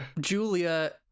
Julia